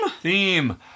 theme